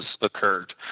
occurred